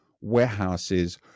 warehouses